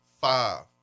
five